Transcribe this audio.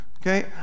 Okay